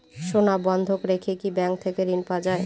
সোনা বন্ধক রেখে কি ব্যাংক থেকে ঋণ পাওয়া য়ায়?